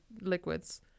liquids